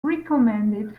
recommended